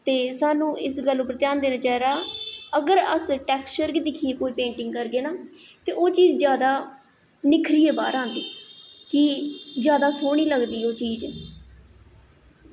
ते सानूं इस गल्ल उप्पर ध्यान देना चाहिदा अगर अस कुसै टेक्सचर गी दिक्खियै पेंटिंग करगे ना ते ओह् चीज़ जैदा निक्खरियै बाहर आंदी कि जैदा सोह्नी लगदी ओह् चीज़